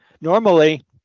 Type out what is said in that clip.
Normally